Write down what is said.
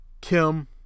Kim